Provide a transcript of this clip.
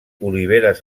oliveres